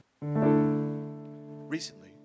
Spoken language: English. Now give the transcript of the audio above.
Recently